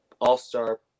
all-star